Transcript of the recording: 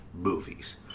movies